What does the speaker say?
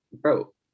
bro